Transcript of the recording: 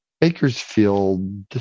Bakersfield